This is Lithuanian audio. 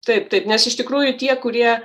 taip taip nes iš tikrųjų tie kurie